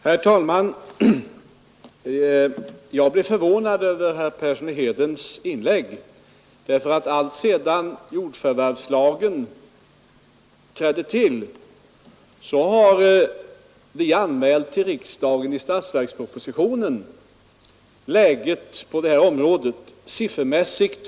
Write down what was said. Herr talman! Jag blev förvånad över det inlägg herr Persson i Heden gjorde. Alltsedan jordförvärvslagen trädde i kraft har vi nämligen i statsverkspropositionen anmält läget på detta område till riksdagen.